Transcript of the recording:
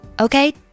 Okay